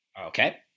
Okay